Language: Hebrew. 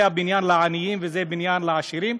זה בניין לעניים וזה בניין לעשירים.